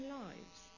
lives